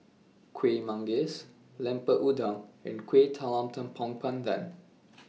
Kueh Manggis Lemper Udang and Kuih Talam Tepong Pandan